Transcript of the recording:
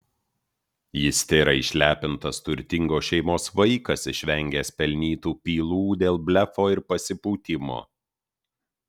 jis tėra išlepintas turtingos šeimos vaikas išvengęs pelnytų pylų dėl blefo ir pasipūtimo